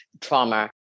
trauma